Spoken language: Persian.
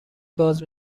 باز